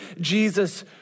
Jesus